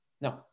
No